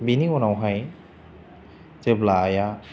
बिनि उनावहाय जेब्ला आइया